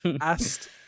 asked